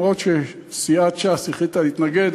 גם אם סיעת ש"ס החליטה להתנגד,